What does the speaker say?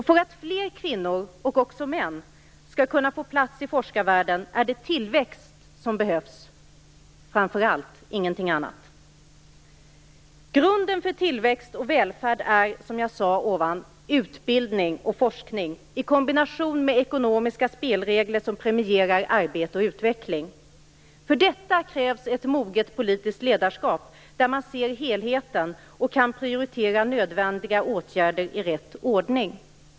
För att fler kvinnor och män skall kunna få plats i forskarvärlden behövs det framför allt tillväxt, inte något annat. Grunden för tillväxt och välfärd är, som sagt, utbildning och forskning i kombination med ekonomiska spelregler som premierar arbete och utveckling. För detta krävs det ett moget politiskt ledarskap så att man ser helheten och kan prioritera nödvändiga åtgärder i rätt ordning.